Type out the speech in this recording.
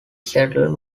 settler